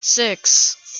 six